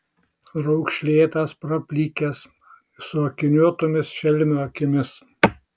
raukšlėtas praplikęs su akiniuotomis šelmio akimis